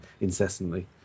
incessantly